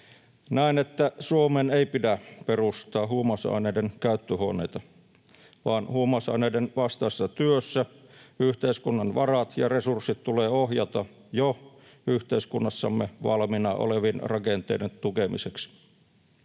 Näen, että Suomeen ei pidä perustaa huumausaineiden käyttöhuoneita, vaan huumausaineiden vastaisessa työssä yhteiskunnan varat ja resurssit tulee ohjata jo yhteiskunnassamme valmiina olevien rakenteiden tukemiseksi.